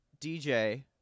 DJ